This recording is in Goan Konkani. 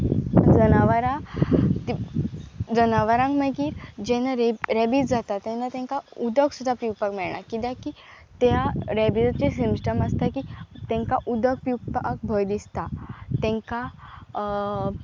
जनावरां जनावरांक मागीर जेन्नाेब रेबीज जाता तेन्ना तांकां उदक सुद्दा पिवपाक मेळना कित्याक की त्या रॅबीजाच सिमस्टम आसता की तेंकां उदक पिवपाक भंय दिसता तेंकां